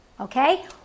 Okay